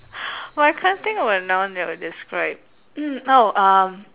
but I can't think of a noun that will describe mm oh um